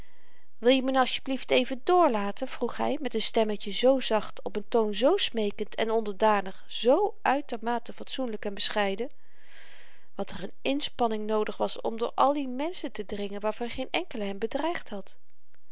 wilje me n asjeblieft even doorlaten vroeg hy met n stemmetje zoo zacht op n toon zoo smeekend en onderdanig zoo uitermate fatsoenlyk en bescheiden wat er n inspanning noodig was om door al die menschen te dringen waarvan geen enkele hem bedreigd had